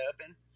Open